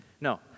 No